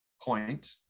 point